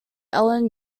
ellen